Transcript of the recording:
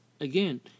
again